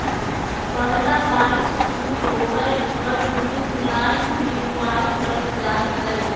पहला बारिश शुरू होबय पर जून जुलाई में बुआई करल जाय हइ